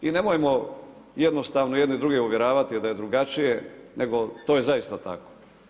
I nemojmo jednostavno jedni druge uvjeravati da je drugačije nego to je zaista tako.